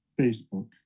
Facebook